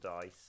dice